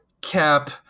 cap